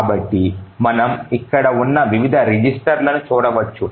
కాబట్టి మనము ఇక్కడ ఉన్న వివిధ రిజిస్టర్లను చూడవచ్చు